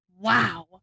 wow